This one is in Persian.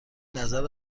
نظر